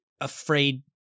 afraid